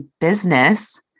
business